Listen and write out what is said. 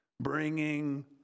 bringing